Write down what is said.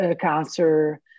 Cancer